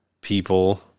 people